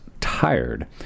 tired